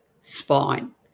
spine